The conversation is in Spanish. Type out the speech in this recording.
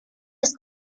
las